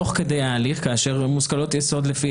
תוך כדי ההליך כאשר מושכלות יסוד לפי